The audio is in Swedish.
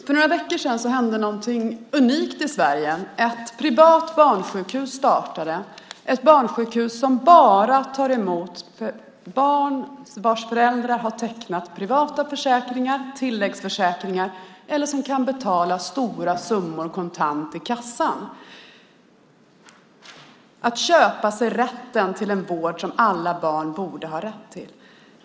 Fru talman! För några veckor sedan hände något unikt i Sverige. Ett privat barnsjukhus startade. Det är ett barnsjukhus som bara tar emot barn vars föräldrar har tecknat privata försäkringar, tilläggsförsäkringar eller som kan betala stora summor kontant i kassan. Detta är att köpa sig rätten till en vård som alla barn borde ha rätt till.